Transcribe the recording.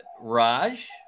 Raj